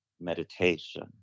meditation